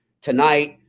tonight